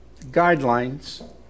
guidelines